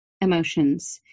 emotions